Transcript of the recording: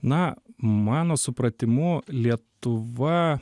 na mano supratimu lietuva